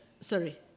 Sorry